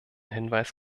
hinweis